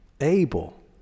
Abel